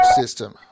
system